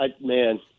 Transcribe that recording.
man